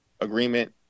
agreement